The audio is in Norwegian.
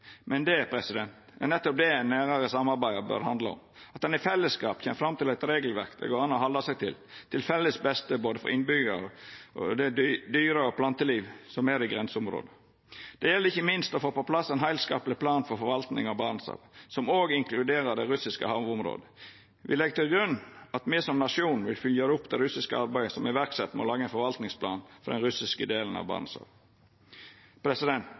Men det er nettopp det eit nærare samarbeid bør handla om, at ein i fellesskap kjem fram til eit regelverk det går an å halda seg til, til felles beste for både innbyggjarane og det dyre- og plantelivet som er i grenseområdet. Det gjeld ikkje minst å få på plass ein heilskapleg plan for forvalting av Barentshavet som òg inkluderer dei russiske havområda. Me legg til grunn at me som nasjon vil følgja opp det russiske arbeidet som er sett i verk med å laga ein forvaltingsplan for den russiske delen av